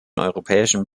europäischen